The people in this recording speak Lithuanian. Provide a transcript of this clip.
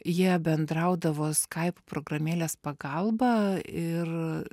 jie bendraudavo skaip programėlės pagalba ir